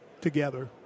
together